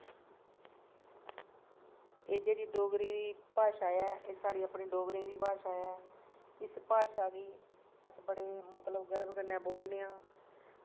एह् जेह्ड़ी डेगरें दी भासा ऐ एह् साढ़ी अपनी डोगरें दा भाशा ऐ इस भाशा गी अस मतलव गर्ब कन्नै बोलने आं